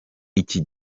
iki